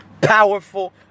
powerful